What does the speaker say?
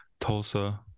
Tulsa